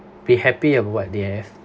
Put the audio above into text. be happy of what they have